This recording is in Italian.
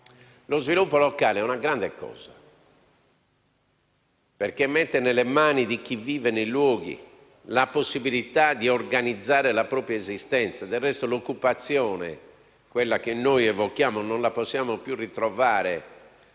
Lo sviluppo locale è una grande cosa, perché mette nelle mani di chi vive nei luoghi la possibilità di organizzare la propria esistenza. Del resto, l'occupazione che noi evochiamo non la possiamo più ritrovare